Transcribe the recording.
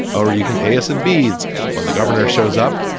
or you can pay us in beads when the governor shows up.